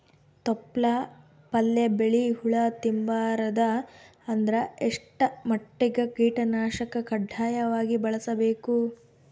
ತೊಪ್ಲ ಪಲ್ಯ ಬೆಳಿ ಹುಳ ತಿಂಬಾರದ ಅಂದ್ರ ಎಷ್ಟ ಮಟ್ಟಿಗ ಕೀಟನಾಶಕ ಕಡ್ಡಾಯವಾಗಿ ಬಳಸಬೇಕು?